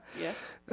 Yes